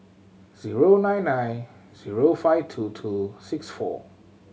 zero nine nine zero five two two six four